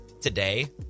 today